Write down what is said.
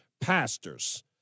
pastors